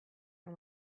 and